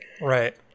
Right